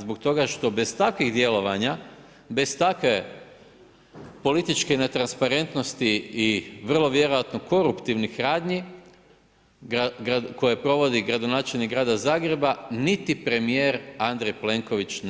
Zbog toga što bez takvih djelovanja, bez takve političke netransparentnosti i vrlo vjerojatno koruptivnih radnji koje provodi gradonačelnik Grada Zagreba niti premijer Andrej Plenković